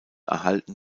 erhalten